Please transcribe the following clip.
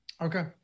Okay